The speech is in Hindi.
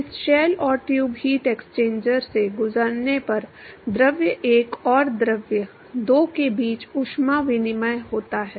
इस शेल और ट्यूब हीट एक्सचेंजर से गुजरने पर द्रव एक और द्रव दो के बीच ऊष्मा विनिमय होता है